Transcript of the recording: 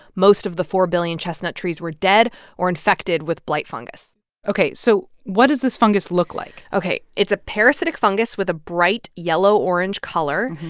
most of the four billion chestnut trees were dead or infected with blight fungus ok, so what does this fungus look like? ok. it's a parasitic fungus with a bright yellow-orange color.